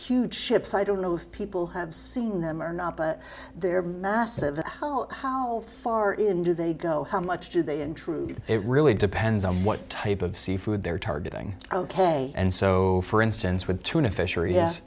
huge ships i don't know people have seen them or not but they're massive how far in do they go how much do they intrude it really depends on what type of seafood they're targeting ok and so for instance with tuna fish or ye